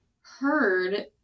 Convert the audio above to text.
heard